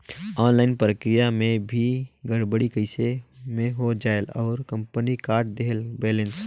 Online प्रक्रिया मे भी गड़बड़ी कइसे मे हो जायेल और कंपनी काट देहेल बैलेंस?